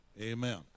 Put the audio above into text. Amen